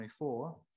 24